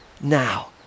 now